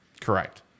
Correct